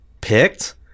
picked